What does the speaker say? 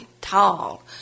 tall